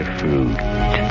fruit